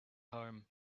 home